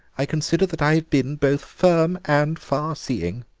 i consider that i've been both firm and farseeing.